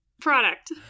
product